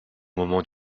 moment